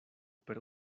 per